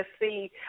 see